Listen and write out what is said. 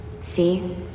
See